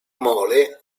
mole